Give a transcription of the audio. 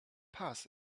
paz